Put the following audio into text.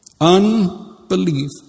Unbelief